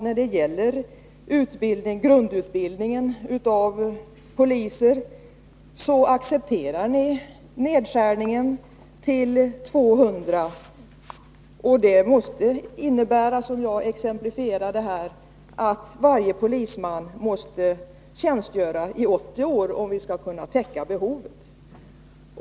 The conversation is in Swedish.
När det gäller grundutbildningen av poliser accepterar ni ju nedskärningen till 200, och det innebär, som jag exemplifierade här, att varje polisman måste tjänstgöra i 80 år, om vi skall täcka behovet.